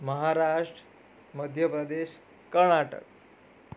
Maharashtra Madhya Pradesh Karnataka